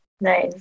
nice